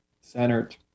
centered